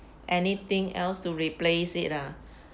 anything else to replace it ah